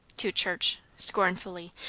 to church! scornfully.